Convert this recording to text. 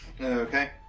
Okay